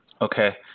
Okay